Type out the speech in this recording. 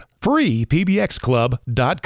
freepbxclub.com